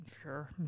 Sure